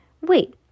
Wait